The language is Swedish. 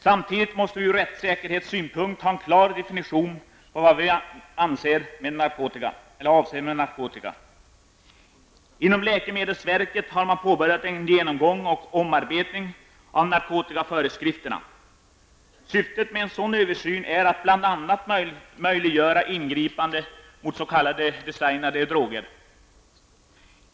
Samtidigt måste vi ur rättsäkerhetsynpunkt ha en klar definition av vad vi avser med narkotika. Inom läkemedelsverket har man påbörjat en genomgång och omarbetning av narkotikaföreskrifterna. Syftet med en sådan översyn är att bl.a. möjliggöra ingripande mot s.k. designade droger.